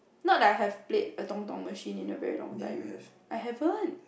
not like I have played a machine in a long time I haven't